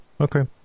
Okay